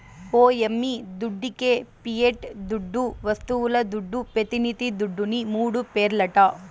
ఓ యమ్మీ దుడ్డికే పియట్ దుడ్డు, వస్తువుల దుడ్డు, పెతినిది దుడ్డుని మూడు పేర్లట